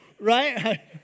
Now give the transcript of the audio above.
right